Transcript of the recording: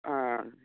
হ্যাঁ